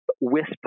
wisp